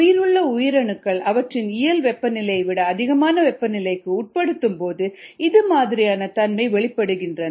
உயிருள்ள உயிரணுக்கள் அவற்றின் இயல் வெப்பநிலையை விட அதிகமான வெப்பநிலைக்கு உட்படுத்தப்படும்போது இது மாதிரியான தன்மை வெளிப்படுத்துகின்றன